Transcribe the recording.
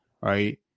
right